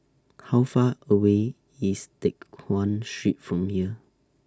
How Far away IS Teck Guan Street from here